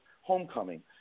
homecoming